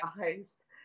eyes